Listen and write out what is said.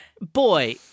Boy